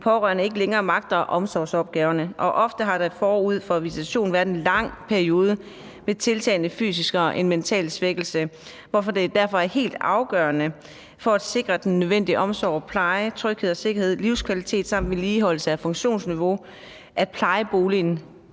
pårørende ikke længere magter omsorgsopgaven. Og ofte har der forud for visitationen været en lang periode med tiltagende fysisk og mental svækkelse, hvorfor det derfor er helt afgørende for at sikre den nødvendige omsorg og pleje, tryghed og sikkerhed, livskvalitet samt vedligeholdelse af funktionsniveau, at plejeboligen